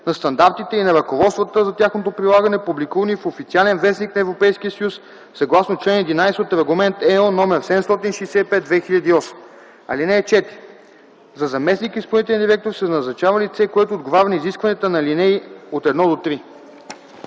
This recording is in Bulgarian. на стандартите и на ръководствата за тяхното прилагане, публикувани в „Официален вестник” на Европейския съюз, съгласно чл. 11 от Регламент (ЕО) № 765/2008. (4) За заместник-изпълнителен директор се назначава лице, което отговаря на изискванията на ал. 1-3.”